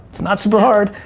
it's not super hard.